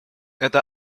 это